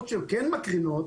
חוות שכן מקרינות,